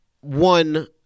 one